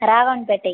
Raghavanpettai